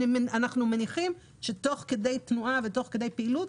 אנחנו מניחים שתוך כדי תנועה ותוך כדי פעילות,